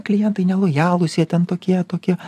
klientai nelojalūs jie ten tokie tokie